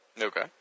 Okay